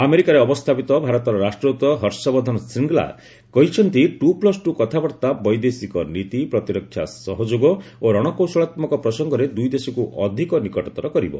ଆମେରିକାରେ ଅବସ୍ଥାପିତ ଭାରତର ରାଷ୍ଟ୍ରଦୂତ ହର୍ଷବର୍ଦ୍ଧନ ଶ୍ରୀଙ୍ଗଲା କହିଛନ୍ତି ଟୁ ପ୍ଲୁସ୍ ଟୁ କଥାବାର୍ଭା ବୈଦେଶିକ ନୀତି ପ୍ରତିରକ୍ଷା ସହଯୋଗ ଓ ରଣକୌଶଳାତ୍ମକ ପ୍ରସଙ୍ଗରେ ଦୁଇଦେଶକୁ ଅଧିକ ନିକଟତର କରିବ